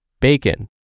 bacon